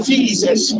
Jesus